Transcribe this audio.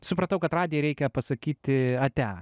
supratau kad radijai reikia pasakyti atia